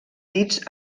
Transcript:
dits